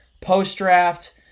post-draft